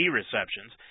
receptions